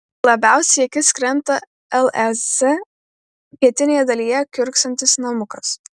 labiausiai į akis krenta lez pietinėje dalyje kiurksantis namukas